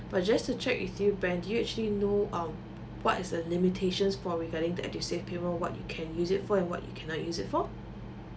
but just to check with you ben do you actually know um what is the limitations for regarding that edusave payment what you can use it for and what you cannot use it for